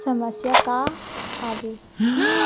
समस्या का आवे?